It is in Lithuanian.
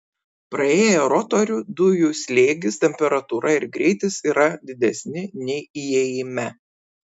praėję rotorių dujų slėgis temperatūra ir greitis yra didesni nei įėjime